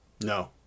no